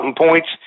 points